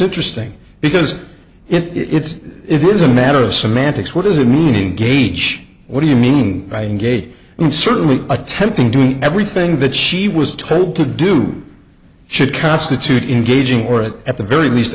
interesting because it's it is a matter of semantics what is the meaning gauge what do you mean by engaged and certainly attempting to everything that she was told to do should constitute engaging or it at the very least